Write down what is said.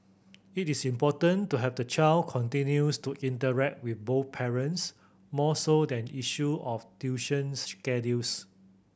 it is important to have the child continues to interact with both parents more so than issue of tuition schedules